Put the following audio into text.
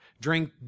Drink